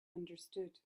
understood